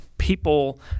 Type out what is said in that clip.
People